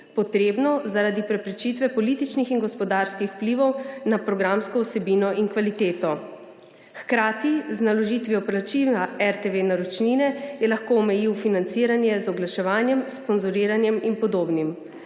potrebno zaradi preprečitve političnih in gospodarskih vplivov na programsko vsebino in kvaliteto. Hkrati z naložitvijo plačila RTV naročnine je lahko omejil financiranje z oglaševanjem, sponzoriranjem in s podobnim.